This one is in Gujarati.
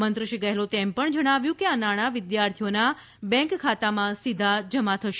મંત્રી શ્રી ગેહલોતે એમ પણ જણાવ્યું કે આ નાણાં વિદ્યાર્થીઓના બેન્ક ખાતામાં સીધા જમા થશે